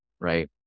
Right